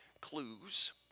clues